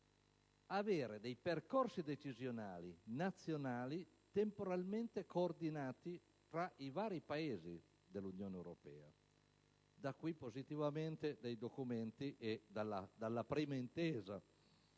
avere dei percorsi decisionali nazionali temporalmente coordinati tra i vari Paesi dell'Unione europea. Da ciò nascono positivamente i documenti e la prima intesa